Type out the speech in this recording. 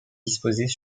disposés